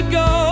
go